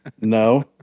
No